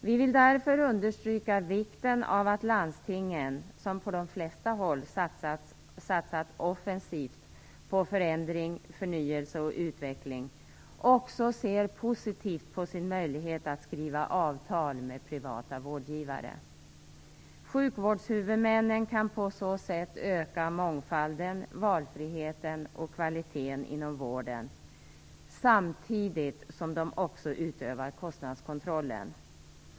Vi vill därför understryka vikten av att landstingen, som på de flesta håll satsat offensivt på förändring, förnyelse och utveckling, också ser positivt på sin möjlighet att skriva avtal med privata vårdgivare. Sjukvårdshuvudmännen kan på så sätt öka mångfalden, valfriheten och kvaliteten inom vården, samtidigt som de också utövar kostnadskontrollen.